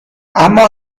اما